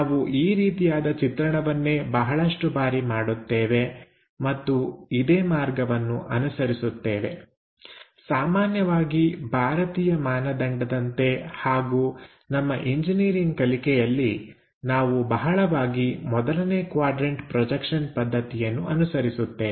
ನಾವು ಈ ರೀತಿಯಾದ ಚಿತ್ರಣವನ್ನೇ ಬಹಳಷ್ಟು ಬಾರಿ ಮಾಡುತ್ತೇವೆ ಮತ್ತು ಇದೇ ಮಾರ್ಗವನ್ನು ಅನುಸರಿಸುತ್ತೇವೆ ಸಾಮಾನ್ಯವಾಗಿ ಭಾರತೀಯ ಮಾನದಂಡದಂತೆ ಹಾಗೂ ನಮ್ಮ ಇಂಜಿನಿಯರಿಂಗ್ ಕಲಿಕೆಯಲ್ಲಿ ನಾವು ಬಹಳವಾಗಿ ಮೊದಲನೇ ಕ್ವಾಡ್ರನ್ಟ ಪ್ರೊಜೆಕ್ಷನ್ ಪದ್ಧತಿಯನ್ನು ಅನುಸರಿಸುತ್ತೇವೆ